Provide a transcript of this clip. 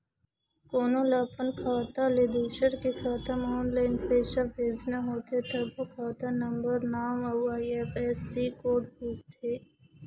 कोनो ल अपन खाता ले दूसर के खाता म ऑनलाईन पइसा भेजना होथे तभो खाता नंबर, नांव अउ आई.एफ.एस.सी कोड पूछथे